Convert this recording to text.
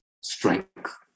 strength